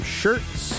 shirts